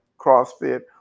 CrossFit